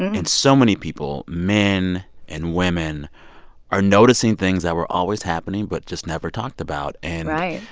and and so many people men and women are noticing things that were always happening but just never talked about. and. right.